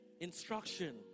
instruction